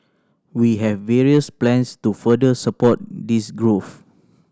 we have various plans to further support this growth